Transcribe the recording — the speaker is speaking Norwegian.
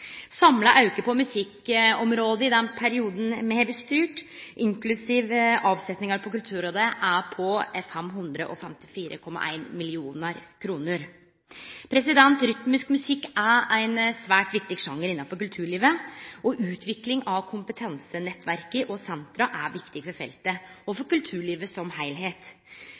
Samla auke på musikkområdet i den perioden me har styrt, inklusiv avsetningar på Kulturrådet, er på 554,1 mill. kr. Rytmisk musikk er ein svært viktig sjanger innafor kulturlivet, og utvikling av kompetansenettverka og kompetansesentra er viktig for feltet og for kulturlivet